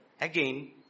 again